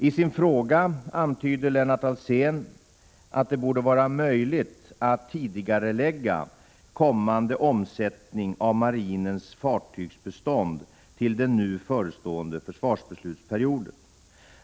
I sin fråga antyder Lennart Alsén att det borde vara möjligt att tidigarelägga kommande omsättning av marinens fartygsbestånd till den nu förestående försvarsbeslutsperioden.